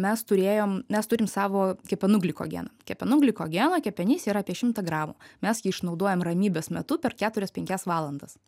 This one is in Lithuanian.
mes turėjom mes turim savo kepenų glikogeną kepenų glikogeno kepenyse yra apie šimtą gramų mes jį išnaudojam ramybės metu per keturias penkias valandas